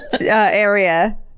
Area